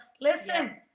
listen